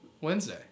Wednesday